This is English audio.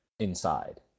inside